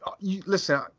Listen